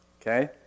Okay